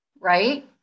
right